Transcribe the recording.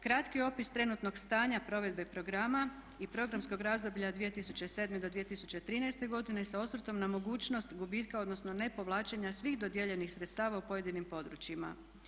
Kratki opis trenutnog stanja provedbe programa i programskog razdoblja 2007. do 2103. godine sa osvrtom na mogućnost gubitka odnosno nepovlačenja svih dodijeljenih sredstava u pojedinim područjima.